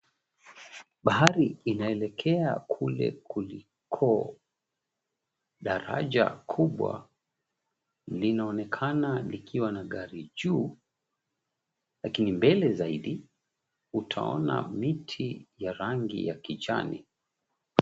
Bahari inaelekea kule kuliko, daraja kubwa linaonekana likiwa na gari juu, lakini mbele zaidi utaona miti ya rangi ya kijani.